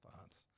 thoughts